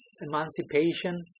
emancipation